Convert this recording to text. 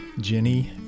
Jenny